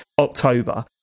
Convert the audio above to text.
October